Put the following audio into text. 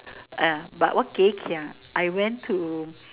uh but wa geh kiang I went to